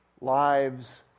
lives